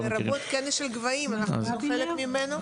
כולל כנס של גבהים שאנחנו חלק ממנו,